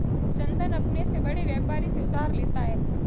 चंदन अपने से बड़े व्यापारी से उधार लेता है